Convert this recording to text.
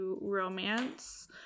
romance